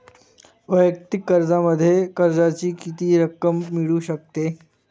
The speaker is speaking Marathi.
वैयक्तिक कर्जामध्ये कर्जाची किती रक्कम मिळू शकते?